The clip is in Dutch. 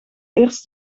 eerst